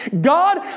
God